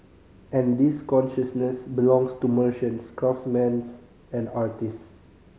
and this consciousness belongs to merchants craftsman and artists